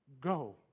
Go